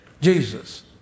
Jesus